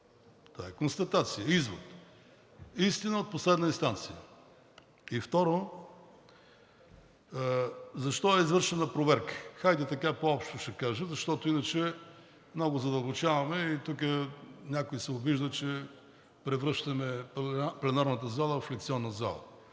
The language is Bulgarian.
Това е констатация, извод, истина от последна инстанция. И второ, защо е извършена проверка? Хайде така по-общо ще кажа, защото иначе много задълбочаваме и тук някои се обиждат, че превръщаме пленарната зала в лекционна зала.